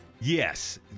yes